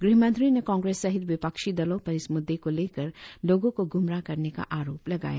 गृहमंत्री ने कांग्रेस सहित विपक्षी दलों पर इस मुद्दे को लेकर लोगों को गुमराह करने का आरोप लगाया